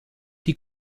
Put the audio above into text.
die